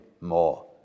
more